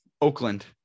Oakland